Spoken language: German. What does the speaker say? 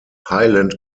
highland